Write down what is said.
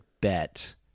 bet